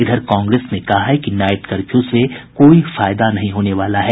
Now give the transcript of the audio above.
इधर कांग्रेस ने कहा है कि नाईट कर्फ्यू से कोई फायदा नहीं होने वाला है